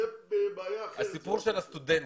הסיפור של הסטודנטים,